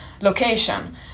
location